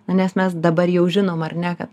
nes mes dabar jau žinom ar ne kad